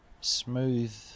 smooth